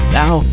now